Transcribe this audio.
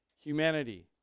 humanity